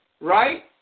Right